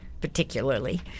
particularly